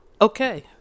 Okay